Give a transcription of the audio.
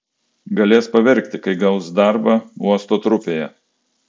galės paverkti kai gaus darbą uosto trupėje